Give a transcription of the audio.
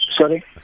sorry